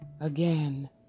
again